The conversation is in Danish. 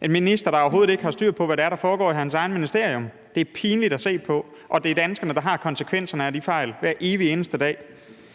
er en minister, der overhovedet ikke har styr på, hvad det er, der foregår i hans eget ministerium. Det er pinligt at se på, og det er danskerne, der mærker konsekvenserne af de fejl hver evig eneste dag.